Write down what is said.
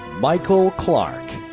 michael clark.